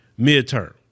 midterm